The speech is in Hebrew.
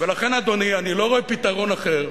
לכן, אדוני, אני לא רואה פתרון אחר.